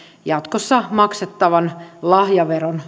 jatkossa maksettavan lahjaveron